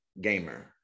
gamer